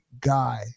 guy